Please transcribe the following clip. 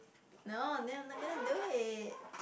no then I not gonna do it